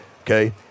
okay